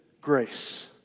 grace